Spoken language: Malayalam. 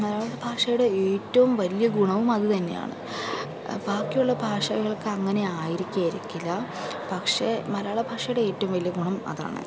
മലയാള ഭാഷയുടെ ഏറ്റവും വലിയ ഗുണവും അതു തന്നെയാണ് ബാക്കി ഉള്ള ഭാഷകൾക്ക് അങ്ങനെ ആയിരിക്കില്ല പക്ഷെ മലയാള ഭാഷയുടെ ഏറ്റവും വലിയ ഗുണം അതാണ്